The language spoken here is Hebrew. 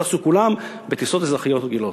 טסו כולם בטיסות אזרחיות סדירות.